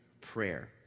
prayer